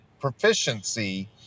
proficiency